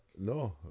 No